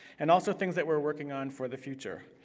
and also things that we're working on for the future.